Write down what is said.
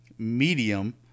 medium